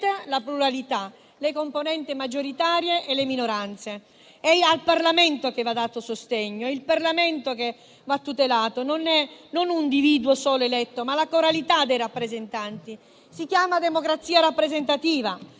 la pluralità, le componenti maggioritarie e le minoranze. È al Parlamento che va dato sostegno, è il Parlamento che va tutelato, non è non un individuo solo eletto, ma la coralità dei rappresentanti. Si chiama democrazia rappresentativa.